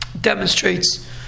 demonstrates